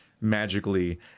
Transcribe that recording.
magically